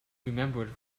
remembered